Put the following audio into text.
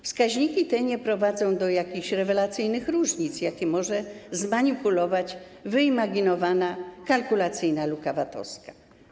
Wskaźniki te nie prowadzą do jakichś rewelacyjnych różnic, jakie może stworzyć zmanipulowana, wyimaginowana kalkulacyjna luka VAT-owska.